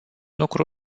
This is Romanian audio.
lucru